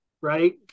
right